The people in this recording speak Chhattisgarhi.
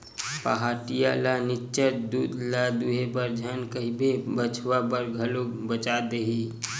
पहाटिया ल निच्चट दूद ल दूहे बर झन कहिबे बछवा बर घलो बचा देही